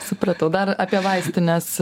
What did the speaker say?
supratau dar apie vaistines